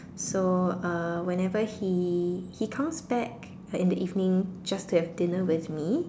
so uh whenever he he comes back like in the evening just to have dinner with me